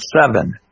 seven